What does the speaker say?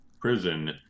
prison